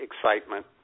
excitement